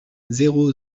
zéro